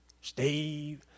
Steve